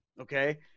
Okay